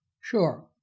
Sure